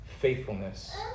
faithfulness